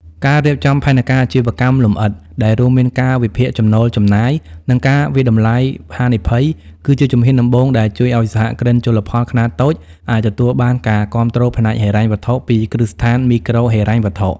ការរៀបចំផែនការអាជីវកម្មលម្អិតដែលរួមមានការវិភាគចំណូល-ចំណាយ និងការវាយតម្លៃហានិភ័យ គឺជាជំហានដំបូងដែលជួយឱ្យសហគ្រិនជលផលខ្នាតតូចអាចទទួលបានការគាំទ្រផ្នែកហិរញ្ញវត្ថុពីគ្រឹះស្ថានមីក្រូហិរញ្ញវត្ថុ។